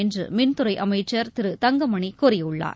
என்று மின்துறை அமைச்சர் திரு தங்கமணி கூறியுள்ளார்